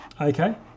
Okay